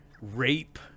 rape